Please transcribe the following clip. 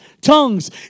tongues